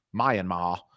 Myanmar